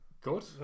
Good